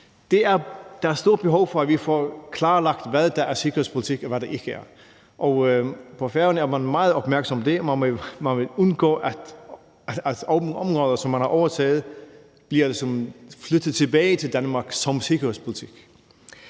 Der er stort behov for, at vi får klarlagt, hvad der er sikkerhedspolitik, og hvad der ikke er. På Færøerne er man meget opmærksomme på det, og man vil undgå, at områder, som man har overtaget, sådan bliver flyttet tilbage til Danmark, fordi de er sikkerhedspolitiske.